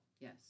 Yes